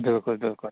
بِلکُل بِلکُل